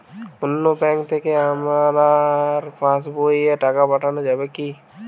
অন্য ব্যাঙ্ক থেকে আমার পাশবইয়ে টাকা পাঠানো যাবে কি?